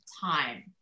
time